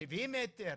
שבעים מטר.